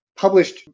published